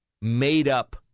made-up